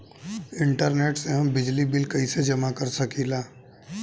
Internet से हम बिजली बिल कइसे जमा कर सकी ला?